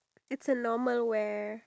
in that era